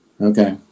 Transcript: Okay